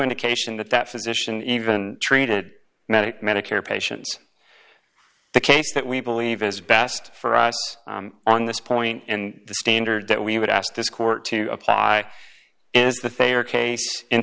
indication that that physician even treated many medicare patients the case that we believe is best for us on this point and the standard that we would ask this court to apply is that they are case in